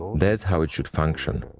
that's how it should function.